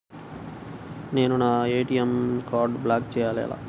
నేను నా ఏ.టీ.ఎం కార్డ్ను బ్లాక్ చేయాలి ఎలా?